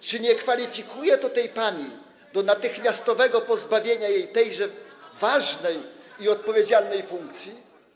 Czy nie kwalifikuje to tej pani do natychmiastowego pozbawienia jej tejże ważnej i odpowiedzialnej funkcji?